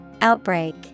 Outbreak